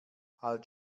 halt